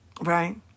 Right